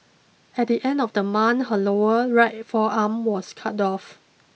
at the end of the month her lower right forearm was cut off